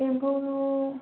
एम्फौ